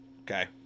okay